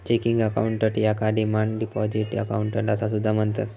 checking account याका demand deposit account असा सुद्धा म्हणतत